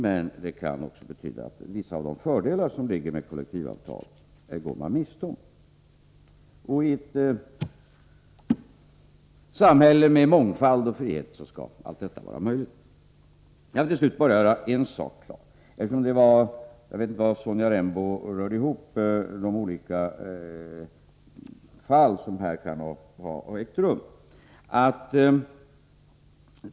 Men det kan också betyda att de går miste om vissa av de fördelar som kollektivavtal innebär. I ett samhälle med mångfald och frihet skall allt detta vara möjligt. Får jag till slut bara klargöra en sak, eftersom jag tror att Sonja Rembo rörde ihop de olika fall som här kan ha förekommit.